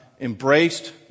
embraced